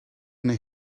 neu